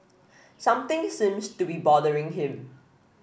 something seems to be bothering him